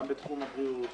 גם בתחום הבריאות,